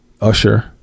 Usher